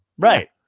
right